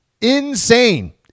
insane